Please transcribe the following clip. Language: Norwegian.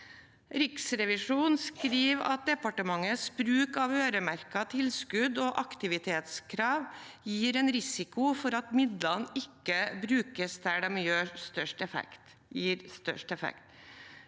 Riksrevisjonen skriver at departementets bruk av øremerkede tilskudd og aktivitetskrav gir en risiko for at midlene ikke brukes der de gir størst effekt.